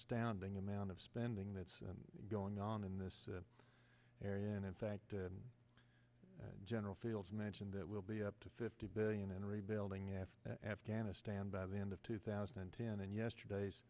standing amount of spending that's going on in this area and in fact general fields mentioned that will be up to fifty billion in rebuilding after afghanistan by the end of two thousand and ten and yesterday's